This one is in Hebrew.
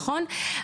נכון?